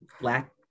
Black